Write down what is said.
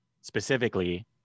specifically